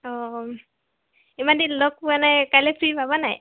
অ ইমান দিন লগ পোৱা নাই কাইলৈ ফ্ৰি হ'বা নাই